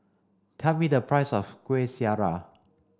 tell me the price of Kueh Syara